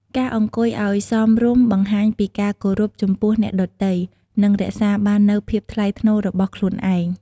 ការអង្គុយឲ្យសមរម្យបង្ហាញពីការគោរពចំពោះអ្នកដទៃ និងរក្សាបាននូវភាពថ្លៃថ្នូររបស់ខ្លួនឯង។